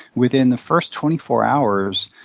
within the first twenty four hours,